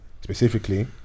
specifically